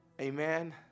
amen